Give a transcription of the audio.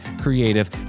creative